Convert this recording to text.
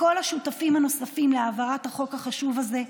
לכל השותפים הנוספים להעברת החוק החשוב הזה,